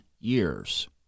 years